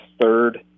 third